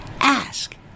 Ask